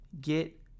Get